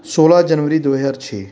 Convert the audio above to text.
ਸੋਲ੍ਹਾਂ ਜਨਵਰੀ ਦੋ ਹਜ਼ਾਰ ਛੇ